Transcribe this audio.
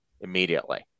immediately